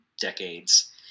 decades